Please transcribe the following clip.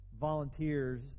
volunteers